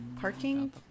Parking